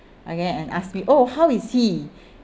okay and asked me oh how is he